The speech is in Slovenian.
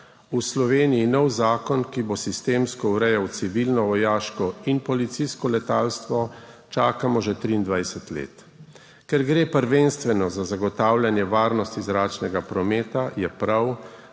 V Sloveniji nov zakon, ki bo sistemsko urejal civilno, vojaško in policijsko letalstvo, čakamo že 23 let. Ker gre prvenstveno za zagotavljanje varnosti zračnega prometa, je prav,